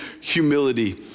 humility